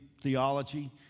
theology